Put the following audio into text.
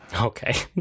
Okay